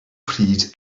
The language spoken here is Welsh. pryd